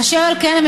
אשר על כן,